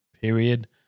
period